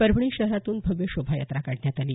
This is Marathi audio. परभणी शहरातून भव्य शोभायात्रा काढण्यात आली